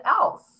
else